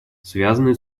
связанные